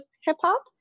hip-hop